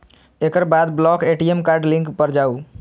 एकर बाद block ATM card link पर जाउ